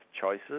choices